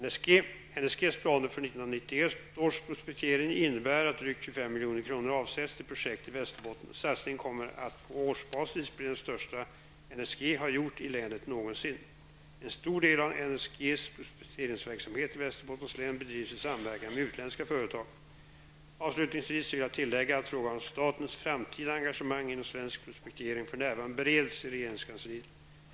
NSGs planer för 1991 års prospektering innebär att drygt Satsningen kommer att på årsbasis bli den största NSG har gjort i länet någonsin. En stor del av NSGs prospekteringsverksamhet i Västerbottens län bedrivs i samverkan med utländska företag. Avslutningsvis vill jag tillägga att frågan om statens framtida engagemang inom svensk prospektering för närvarande bereds i regeringskansliet.